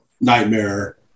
nightmare